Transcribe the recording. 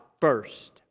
first